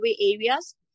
areas